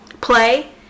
Play